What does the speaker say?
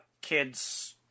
kids